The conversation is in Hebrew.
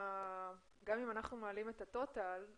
גם אם אנחנו מעלים את הטוטאל,